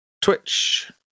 Twitch